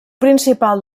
principal